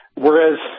whereas